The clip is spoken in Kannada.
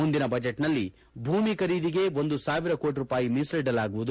ಮುಂದಿನ ಬಜೆಟ್ನಲ್ಲಿ ಭೂಮಿ ಖರೀದಿಗೆ ಒಂದು ಸಾವಿರ ಕೋಟ ರೂಪಾಯಿ ಮೀಸಲಿಡಲಾಗುವುದು